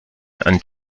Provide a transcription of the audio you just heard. and